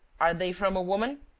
are they from a woman?